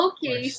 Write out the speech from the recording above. Okay